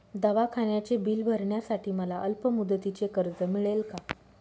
दवाखान्याचे बिल भरण्यासाठी मला अल्पमुदतीचे कर्ज मिळेल का?